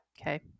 okay